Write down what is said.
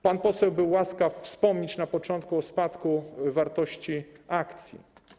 Pan poseł był łaskaw wspomnieć na początku o spadku wartości akcji.